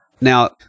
Now